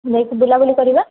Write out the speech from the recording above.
ଯାଇକି ବୁଲାବୁଲି କରିବା